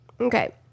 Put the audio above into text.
Okay